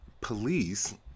police